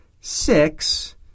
six